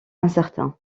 incertain